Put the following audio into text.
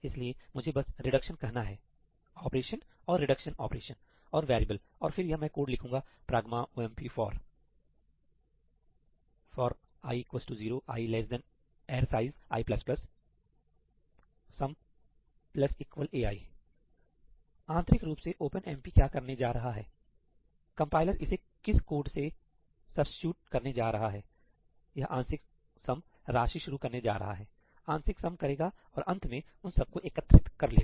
इसलिए मुझे बस रिडक्शन कहना है ऑपरेशन और रिडक्शन ऑपरेशन और वेरिएबल और फिर यह मैं कोड लिखूंगा ' pragma omp for' 'fori 0 i ARR size i ' 'sum ai' आंतरिक रुप से ओपनएमपी क्या करने जा रहा है कंपाइलर इसे किस कोड से सब्सीट्यूट करने जा रहा है यह आंशिक सम राशि शुरू करने जा रहा है आंशिक सम करेगा और अंत में उन सबको एकत्रित कर लेगा